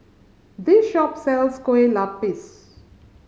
this shop sells Kueh Lupis